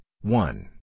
one